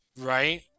Right